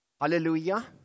Hallelujah